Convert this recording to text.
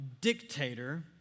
dictator